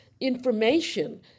information